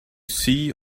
see